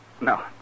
No